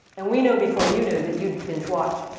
and we knew before you knew that you'd binge watch.